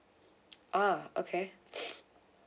uh okay